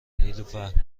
نیلوفرمن